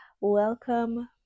Welcome